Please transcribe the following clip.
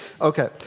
Okay